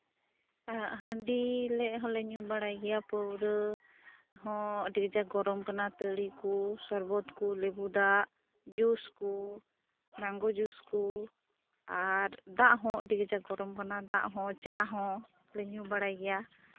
ᱦᱟᱺᱰᱤ ᱦᱚᱸᱞᱮ ᱧᱩ ᱵᱟᱲᱟᱭ ᱜᱮᱭᱟ ᱯᱟᱹᱣᱨᱟᱹ ᱦᱚᱸ ᱟᱹᱰᱤ ᱠᱟᱡᱟᱠ ᱜᱚᱨᱚᱢ ᱠᱟᱱᱟ ᱛᱟᱹᱲᱤ ᱠᱚ ᱥᱚᱨᱵᱚᱛ ᱠᱚ ᱞᱮᱵᱩ ᱫᱟᱜ ᱡᱩᱥ ᱠᱚ ᱢᱮᱝᱜᱳ ᱡᱩᱥ ᱠᱚ ᱟᱨ ᱫᱟᱜ ᱦᱚᱸ ᱟᱹᱰᱤ ᱠᱟᱡᱟᱠ ᱜᱚᱨᱚᱢ ᱠᱟᱱᱟ ᱫᱟᱜ ᱦᱚᱸ ᱪᱟ ᱦᱚᱸ ᱞᱮ ᱧᱩ ᱵᱟᱲᱟᱭ ᱜᱮᱭᱟ